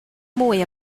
mwy